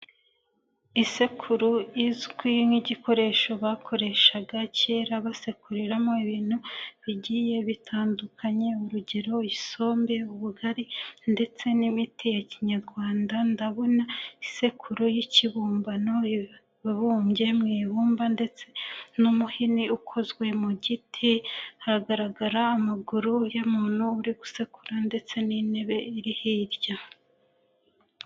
Isekuru izwi nk'igikoresho bakoreshaga kera basekuriramo ibintu bigiye bitandukanye, urugero: isombe, ubugari ndetse n'imiti ya kinyarwanda, ndabona isekuru y'ikibumbano ibumbye mu ibumba ndetse n'umuhini ukozwe mu giti, haragaragara amaguru y'umuntu uri gusekura ndetse n'intebe iri hirya.